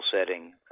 setting